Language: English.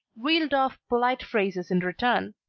reeled off polite phrases in return